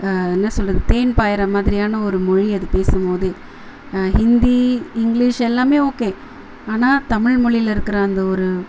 என்ன சொல்கிறது தேன் பாயுற மாதிரியான ஒரு மொழி அது பேசும்போதே ஹிந்தி இங்கிலிஷ் எல்லாமே ஓகே ஆனால் தமிழ்மொழில இருக்கிற அந்த ஒரு